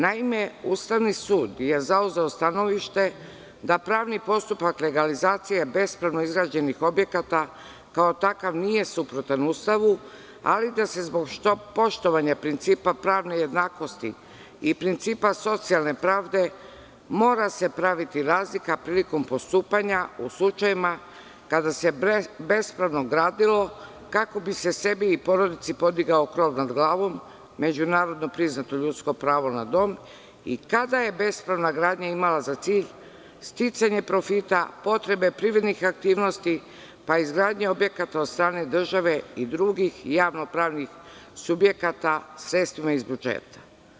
Naime, Ustavni sud je zauzeo stanovište da pravni postupak legalizacije bespravno izgrađenih objekata, kao takav nije suprotan Ustavu, ali da se zbog poštovanja principa pravne jednakosti i principa socijalne pravde, mora se praviti razlika prilikom postupanja, u slučajevima kada se bespravno gradilo, kako bi se sebi i porodici podigao krov nad glavom, međunarodno priznato ljudsko pravo na dom i kad je bespravna gradnja imala za cilj sticanje profita, potrebe privrednih aktivnosti, pa i izgradnje objekata od strane države i drugih javno-pravnih subjekata sredstvima iz budžeta.